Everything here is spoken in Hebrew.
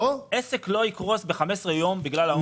עסק לא יקרוס תוך 15 ימים בגלל האומיקרון.